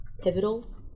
pivotal